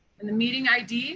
and the meeting id